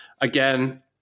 Again